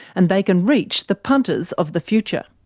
and they can reach the punters of the future.